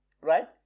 right